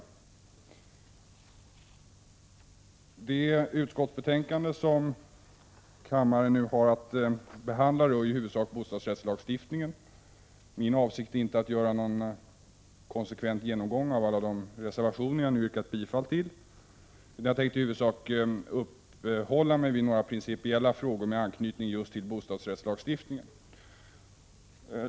Det utskottsbetänkande som kammaren nu har att behandla rör i huvudsak bostadsrättslagstiftningen. Min avsikt är inte att göra någon konsekvent genomgång av alla de reservationer jag nu har yrkat bifall till, utan jag tänkte i huvudsak uppehålla mig vid några principiella frågor med anknytning just till bostadsrättslagstiftningen.